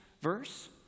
verse